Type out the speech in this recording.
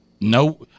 No